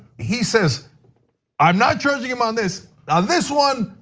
he says i'm not charging him on this. on this one,